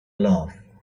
love